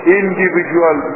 individual